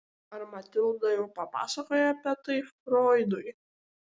ar matilda jau papasakojo apie tai froidui